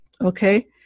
Okay